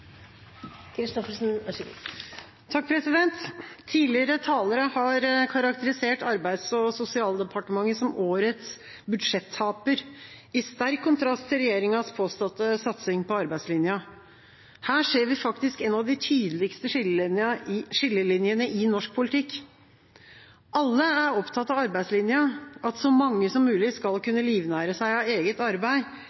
Tidligere talere har karakterisert Arbeids- og sosialdepartementet som «årets budsjettaper» – i sterk kontrast til regjeringas påståtte satsing på arbeidslinja. Her ser vi faktisk en av de tydeligste skillelinjene i norsk politikk: Alle er opptatt av arbeidslinja – at så mange som mulig skal